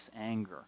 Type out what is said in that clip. anger